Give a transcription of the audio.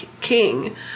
king